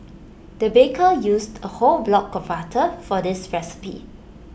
the baker used A whole block of butter for this recipe